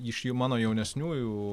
iš jų mano jaunesniųjų